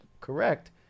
correct